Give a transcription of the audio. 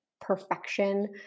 perfection